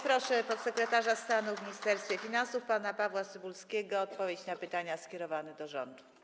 Proszę podsekretarza stanu w Ministerstwie Finansów pana Pawła Cybulskiego o odpowiedź na pytania skierowane do rządu.